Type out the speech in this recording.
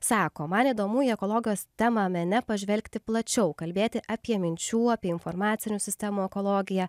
sako man įdomu jei ekologas tema mene pažvelgti plačiau kalbėti apie minčių apie informacinių sistemų ekologiją